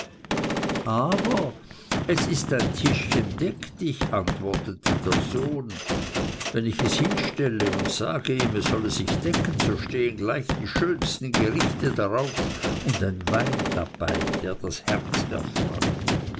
aber es ist ein tischchen deck dich antwortete der sohn wenn ich es hinstelle und sage ihm es solle sich decken so stehen gleich die schönsten gerichte darauf und ein wein dabei der das herz erfreut